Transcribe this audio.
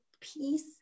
peace